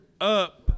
up